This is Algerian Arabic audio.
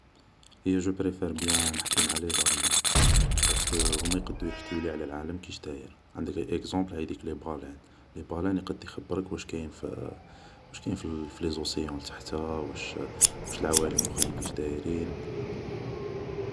هي جو بريفار بيان نحكي معا ليزانيمو ، بارسكو هوما يقدو يحكيولي على العالم كيش داير ، عندك غي ايكزومبل هاياديك لي بالان ، بالان يقد يخبرك واش كاين في لي زوسيون لتحتا ، واش ، واش لعوالم لخرين كيش دايرين